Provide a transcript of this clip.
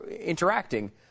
interacting